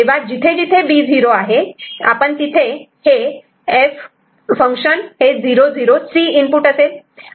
तेव्हा जिथे जिथे B 0 आहे आपण तिथे हे F इनपुट असेल